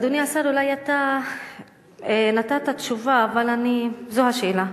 אדוני השר, אתה אולי נתת תשובה, אבל זו השאלה: